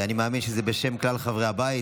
אני מאמין שזה בשם כלל חברי הבית,